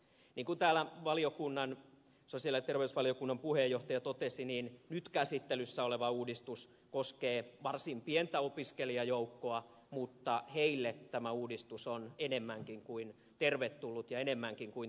niin kuin täällä sosiaali ja terveysvaliokunnan puheenjohtaja totesi niin nyt käsittelyssä oleva uudistus koskee varsin pientä opiskelijajoukkoa mutta heille tämä uudistus on enemmänkin kuin tervetullut ja enemmänkin kuin tärkeä